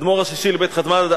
האדמו"ר השישי לבית חב"ד,